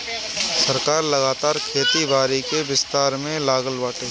सरकार लगातार खेती बारी के विस्तार में लागल बाटे